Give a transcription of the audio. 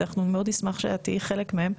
אנחנו מאוד נשמח שאת תהיי חלק מהם,